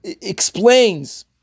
explains